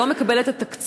והיא לא מקבלת את התקציב.